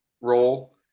role